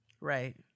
Right